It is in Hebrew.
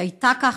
היא הייתה כך,